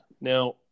Now